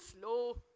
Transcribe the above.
slow